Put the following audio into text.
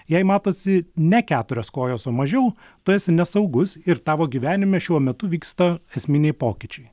jei matosi ne keturios kojos o mažiau tu esi nesaugus ir tavo gyvenime šiuo metu vyksta esminiai pokyčiai